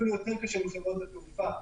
אפילו יותר קשה מחברות התעופה,